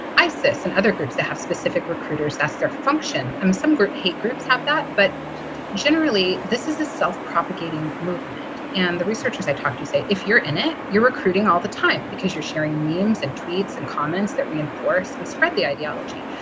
isis and other groups that have specific recruiters. that's their function. and some group hate groups have that. but generally, this is a self-propagating movement. and the researchers i talked to say if you're in it, you're recruiting all the time because you're sharing names and tweets and comments that reinforce and spread the ideology.